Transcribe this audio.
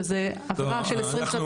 שזה עבירה של -- טוב,